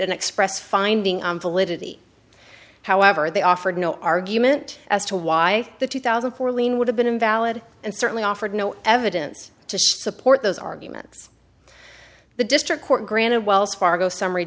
an express finding on validity however they offered no argument as to why the two thousand four lean would have been invalid and certainly offered no evidence to support those arguments the district court granted wells fargo summary